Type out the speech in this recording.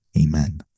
amen